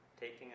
taking